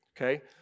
okay